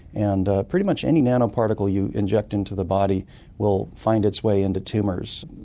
and pretty much any nanoparticle you inject into the body will find its way into tumours,